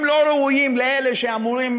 הם לא ראויים לאלה שאמורים